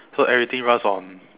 so everything runs on